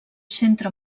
centre